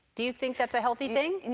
do you think that's a healthy thing? and